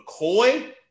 McCoy